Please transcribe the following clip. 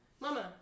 Mama